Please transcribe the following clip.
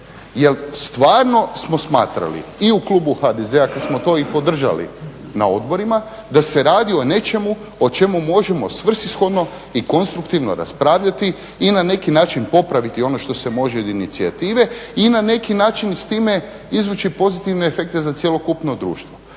Jer stvarno smo smatrali i u klubu HDZ-a kada smo to i podržali na odborima da se radi o nečemu o čemu možemo svrsishodno i konstruktivno raspravljati i na neki način popraviti on što se može od inicijative. I na neki način s time izvući pozitivne efekte za cjelokupno društvo.